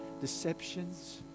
deceptions